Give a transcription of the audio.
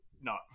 no